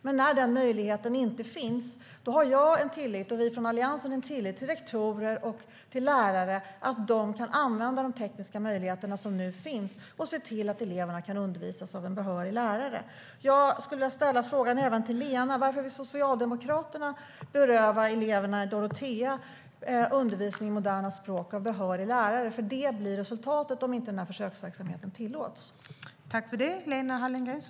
Men när den möjligheten inte finns känner jag och Alliansen tillit till att rektorer och lärare kan använda de tekniska möjligheter som nu finns och se till att eleverna kan undervisas av en behörig lärare. Jag skulle vilja ställa frågan även till Lena: Varför vill Socialdemokraterna beröva eleverna i Dorotea undervisning i moderna språk av behörig lärare? För detta blir resultatet om inte försöksverksamheten tillåts.